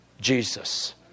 Jesus